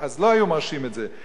אז לא היו מרשים את זה.